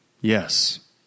Yes